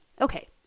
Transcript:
Okay